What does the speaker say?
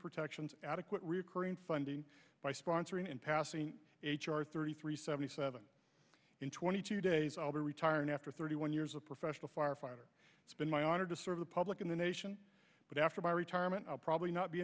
protections adequate recurring funding by sponsoring and passing h r thirty three seventy seven in twenty two days i'll be retiring after thirty one years of professional firefighter it's been my honor to serve the public in the nation but after my retirement i'll probably not be